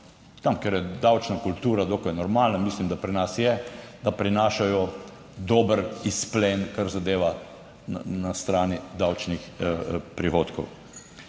tam, kjer je davčna kultura dokaj normalna. Mislim, da pri nas je, da prinašajo dober izplen, kar zadeva na strani davčnih prihodkov.